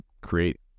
create